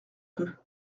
peu